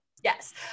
yes